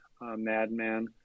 madman